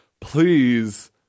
please